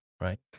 right